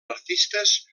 artistes